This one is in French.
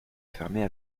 fermaient